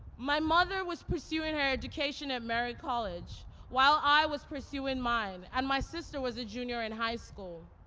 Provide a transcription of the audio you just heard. my mother was pursuing her education at merritt college while i was pursuing mine, and my sister was a junior in high school.